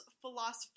philosopher